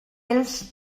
els